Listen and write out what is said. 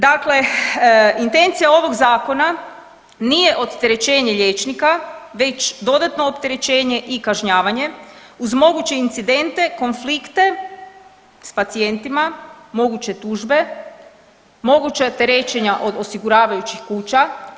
Dakle, intencija ovog zakona nije oterećenje liječnika već dodatno opterećenje i kažnjavanje uz moguće incidente, konflikte s pacijentima, moguće tužbe, moguća terećenja od osiguravajućih kuća.